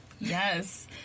Yes